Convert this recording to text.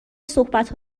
صحبت